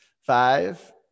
Five